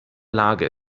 lage